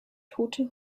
tote